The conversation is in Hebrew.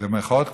במירכאות כפולות,